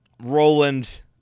Roland